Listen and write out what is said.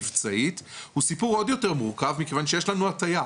מבצעית הוא סיפור עוד יותר מורכב מכיוון שיש לנו הטיה,